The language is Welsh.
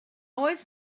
oes